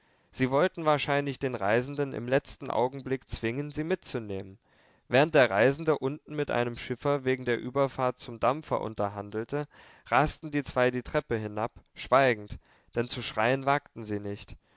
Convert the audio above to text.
sie wollten wahrscheinlich den reisenden im letzten augenblick zwingen sie mitzunehmen während der reisende unten mit einem schiffer wegen der überfahrt zum dampfer unterhandelte rasten die zwei die treppe hinab schweigend denn zu schreien wagten sie nicht